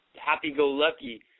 happy-go-lucky